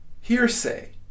hearsay